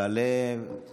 אחריה תעלה השרה